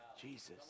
Jesus